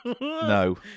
no